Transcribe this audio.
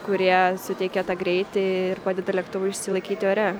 kurie suteikia tą greitį ir padeda lėktuvui išsilaikyti ore